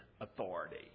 authority